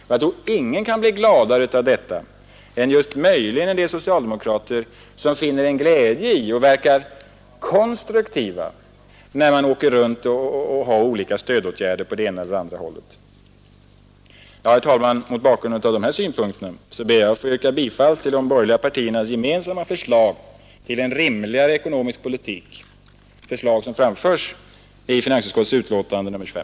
Jag tror ingen kan bli gladare av detta än möjligen några socialdemokrater som finner en glädje i att verka konstruktiva när man åker runt med olika stödåtgärder åt det ena eller andra hållet. Herr talman! Mot bakgrunden av dessa synpunkter ber jag att få yrka bifall till de borgerliga partiernas gemensamma förslag till en rimligare ekonomisk politik, förslag som framförs i finansutskottets betänkande nr 5»